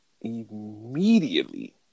immediately